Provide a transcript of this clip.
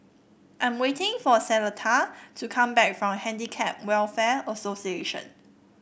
I am waiting for Cleta to come back from Handicap Welfare Association